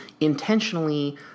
intentionally